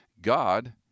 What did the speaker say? God